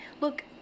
look